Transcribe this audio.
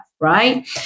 Right